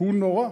הוא נורא.